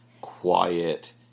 quiet